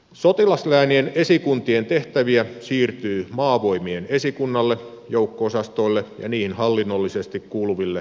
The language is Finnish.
sotilasläänien esikuntien tehtäviä siirtyy maavoimien esikunnalle joukko osastoille ja niihin hallinnollisesti kuuluville aluetoimistoille